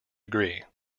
degree